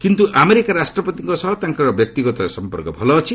କିନ୍ତୁ ଆମେରିକାର ରାଷ୍ଟ୍ରପତିଙ୍କ ସହ ତାଙ୍କର ବ୍ୟକ୍ତିଗତ ସମ୍ପର୍କ ଭଲ ରହିଛି